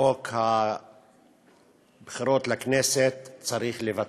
לחוק הבחירות לכנסת צריך לבטל.